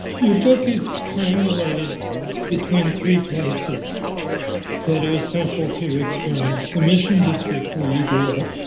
your book is trangulated between three places that are essential to experience. the mission district where you grew up,